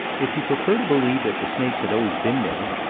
if you prefer to believe that the snakes had always been there,